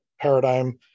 Paradigm